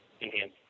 enhance